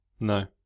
No